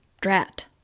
Drat